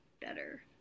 better